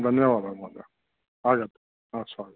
धन्यवादः महोदय आगत् हा स्वागतं